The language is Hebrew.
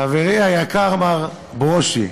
חברי היקר מר ברושי,